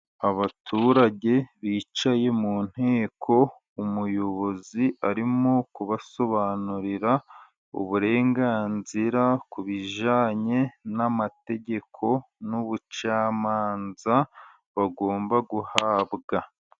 Abaturage bicaye mu nteko. Umuyobozi arimo kubasobanurira uburenganzira ku bijanye n'amategeko n'ubucamanza bagomba guhabwa.